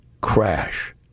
crash